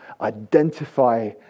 identify